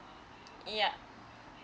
yeah